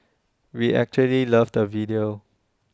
we actually loved the video